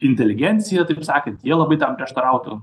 inteligencija taip ir sakant jie labai tam prieštarautų